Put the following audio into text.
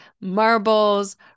marbles